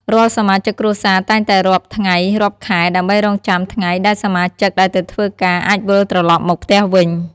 រាល់សមាជិកគ្រួសារតែងតែរាប់ថ្ងៃ រាប់ខែ ដើម្បីរង់ចាំថ្ងៃដែលសមាជិកដែលទៅធ្វើការអាចវិលត្រឡប់មកផ្ទះវិញ។